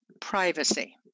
privacy